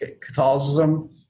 Catholicism